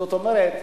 זאת אומרת,